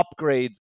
upgrades